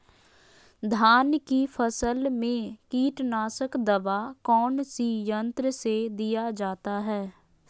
धान की फसल में कीटनाशक दवा कौन सी यंत्र से दिया जाता है?